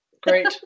Great